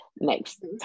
next